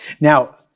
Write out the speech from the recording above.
Now